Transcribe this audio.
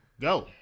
Go